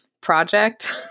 project